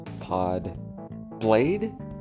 PodBlade